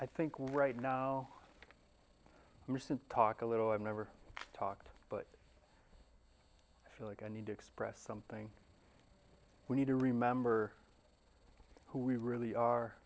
i think right now recent talk a little i've never talked but i feel like i need to express something we need to remember who we really are